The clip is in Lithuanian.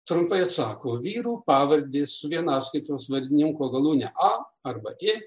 trumpai atsako vyrų pavardės vienaskaitos vardininko galūnė a arba i